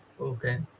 okay